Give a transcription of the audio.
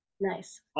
Nice